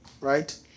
right